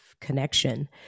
connection